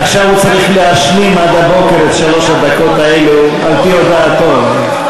עכשיו הוא צריך להשלים עד הבוקר את שלוש הדקות האלו על-פי הודעתו.